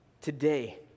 today